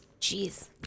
Jeez